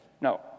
No